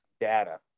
Data